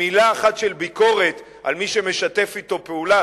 ומלה אחת של ביקורת על מי שמשתף אתו פעולה,